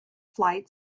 flight